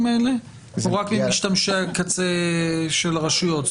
האלה או רק ממשתמשי הקצה של הרשויות?